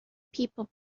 people